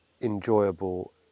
enjoyable